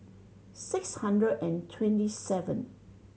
six hundred and twenty seven